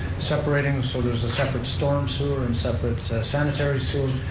separating so there's a separate storm sewer and separate sanitary sewer,